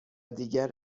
دیگر